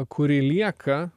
kuri lieka